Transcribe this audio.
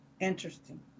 Interesting